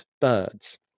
birds